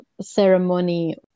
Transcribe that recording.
ceremony